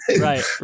Right